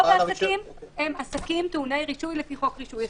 רוב העסקים הם עסקים טעוני רישוי לפי חוק רישוי עסקים.